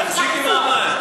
תחזיקי מעמד.